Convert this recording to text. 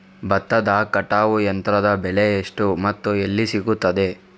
ಭತ್ತದ ಕಟಾವು ಯಂತ್ರದ ಬೆಲೆ ಎಷ್ಟು ಮತ್ತು ಎಲ್ಲಿ ಸಿಗುತ್ತದೆ?